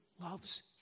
loves